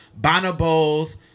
Bonobos